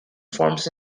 forms